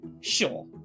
Sure